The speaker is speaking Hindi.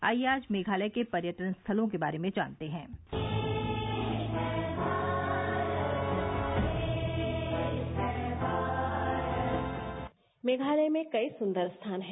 आइए आज मेघालय के पर्यटन स्थलों के बारे में जानते हैं मेघालय में कई सुन्दर स्थान हैं